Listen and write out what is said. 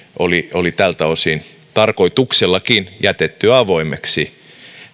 oli oli tältä osin tarkoituksellakin jätetty avoimeksi